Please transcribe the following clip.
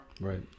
right